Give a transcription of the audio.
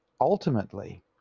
Ultimately